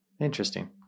interesting